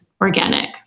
organic